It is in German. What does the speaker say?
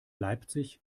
leipzig